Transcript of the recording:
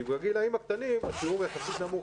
כי בגילאים הקטנים השיעור יחסית נמוך.